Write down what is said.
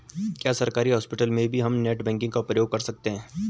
क्या सरकारी हॉस्पिटल में भी हम नेट बैंकिंग का प्रयोग कर सकते हैं?